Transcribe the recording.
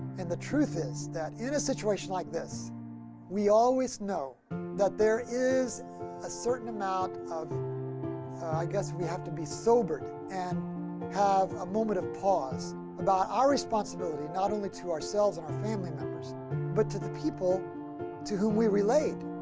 and the truth is that in a situation like this we always know that there is a certain amount of i guess we have to be sobered and have a moment of pause about our responsibility not only to ourselves and our family members but to the people to whom we relate.